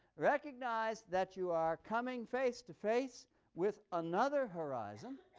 recognize that you are coming face-to-face with another horizon,